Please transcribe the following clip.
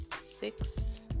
six